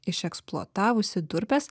išeksploatavusi durpes